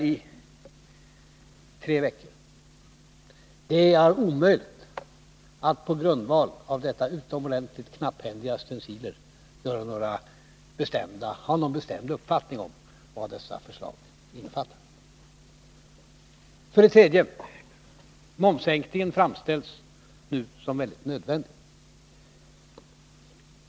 Jag vill dock säga att det är omöjligt att på grundval av de utomordentligt knapphändiga stenciler som det är fråga om ha någon bestämd uppfattning om förslagens innebörd. För det tredje framställs momssänkningen nu som i hög grad nödvändig.